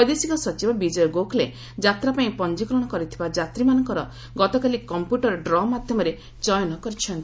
ବୈଦେଶିକ ସଚିବ ବିଜୟ ଗୋଖଲେ ଯାତ୍ରା ପାଇଁ ପଞ୍ଜିକରଣ କରିଥିବା ଯାତ୍ରୀମାନଙ୍କର ଗତକାଲି କମ୍ପ୍ୟୁଟର ଡ୍ର ମାଧ୍ୟମରେ ଚୟନ କରିଛନ୍ତି